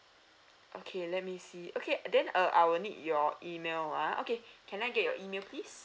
okay let me see okay and then uh I will need your email ah okay can I get your email please